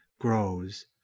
grows